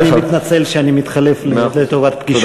אני מתנצל שאני מתחלף לטובת פגישות.